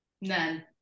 None